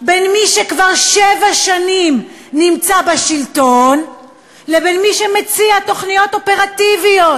בין מי שכבר שבע שנים נמצא בשלטון לבין מי שמציע תוכניות אופרטיביות,